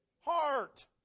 heart